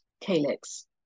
calyx